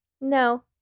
No